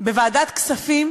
בוועדת כספים